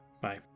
Bye